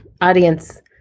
audience